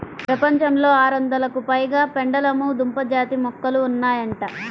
ప్రపంచంలో ఆరొందలకు పైగా పెండలము దుంప జాతి మొక్కలు ఉన్నాయంట